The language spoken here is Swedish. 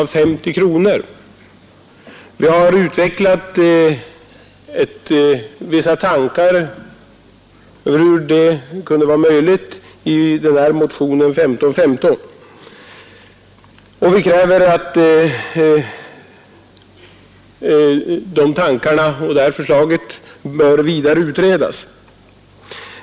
Vi har utvecklat dessa tankar i motionen 1515, och vi kräver att förslaget skall vidare utredas.